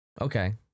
Okay